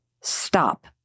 stop